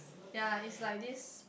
ya is like this